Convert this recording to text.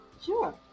Sure